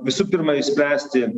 visų pirma išspręsti